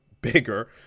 bigger